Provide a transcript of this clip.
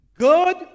good